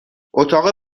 اتاق